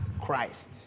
Christ